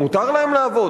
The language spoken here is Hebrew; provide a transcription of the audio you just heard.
מותר להם לעבוד?